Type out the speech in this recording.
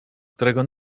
którego